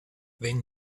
then